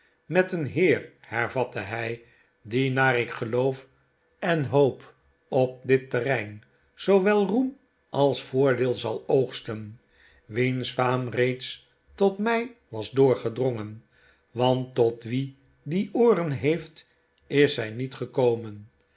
met een heer hervatte hij die naar ik geloof en hoop op dit terrein zoowel roem als voordeel zal oogsten wiens faam reeds tot mij was doorgedrongen want tot wien die ooren heeft is zij niet gekomen